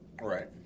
Right